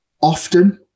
often